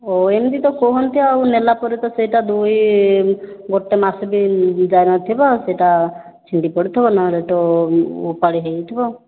ଓ ଏମିତି ତ କୁହନ୍ତି ଆଉ ନେଲାପରେ ତ ସେହିଟା ଧୋଇ ଗୋଟିଏ ମାସ ବି ଯାଇନଥିବ ସେହିଟା ଛିଣ୍ଡି ପଡ଼ିଥିବ ନହେଲେ ତ ଓପାଡ଼ି ହୋଇଥିବ